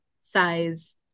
size